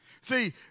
See